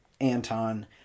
Anton